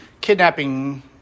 kidnapping